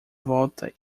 volta